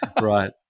right